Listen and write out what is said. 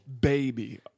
baby